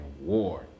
war